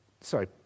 Sorry